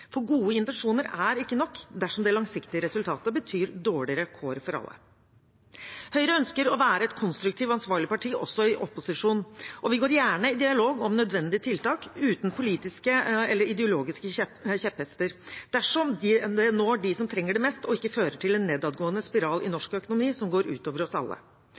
Gode intensjoner er ikke nok dersom det langsiktige resultatet betyr dårligere kår for alle. Høyre ønsker å være et konstruktivt, ansvarlig parti også i opposisjon. Vi går gjerne i dialog om nødvendige tiltak, uten politiske eller ideologiske kjepphester, dersom de når dem som trenger det mest, og ikke fører til en nedadgående spiral i norsk økonomi som går ut over oss alle.